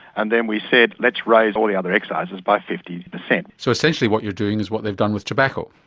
and then we said let's raise all the other excises by fifty percent. so essentially what you're doing is what they've done with tobacco.